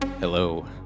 Hello